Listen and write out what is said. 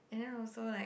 and then also like